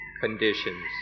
conditions